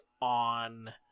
on